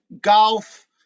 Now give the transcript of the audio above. golf